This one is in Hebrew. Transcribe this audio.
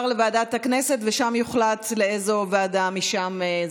לוועדת הכנסת ושם יוחלט לאיזה ועדה להעביר.